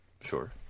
Sure